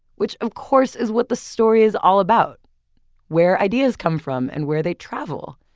which of course is what the story is all about where ideas come from and where they travel.